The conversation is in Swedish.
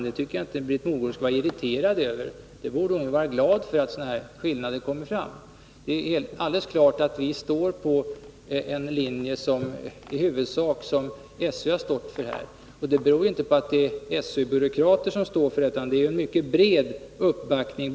Jag tycker att Britt Mogård inte borde vara irriterad över att dessa skillnader kommer fram. Det är alldeles klart att vi huvudsakligen ansluter oss till den ståndpunkt som SÖ har intagit. Anledningen till att vi gör det är inte att den omfattas av SÖ-byråkrater, utan att SÖ:s ursprungliga förslag har en mycket bred uppbackning.